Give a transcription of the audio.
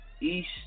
East